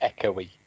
echoey